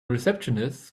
receptionist